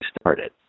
started